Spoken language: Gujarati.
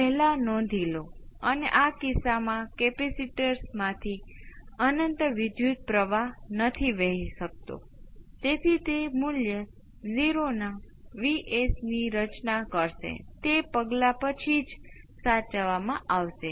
તેથી તેનો અર્થ શું છે જો તમે RC સર્કિટ ને એક્સપોનેનશીયલ રીતે ઉત્તેજિત કરો જે RC સર્કિટના નેચરલ રિસ્પોન્સ જેટલું જ છે તમને કંઈક વિચિત્ર મળશે